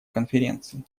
конференции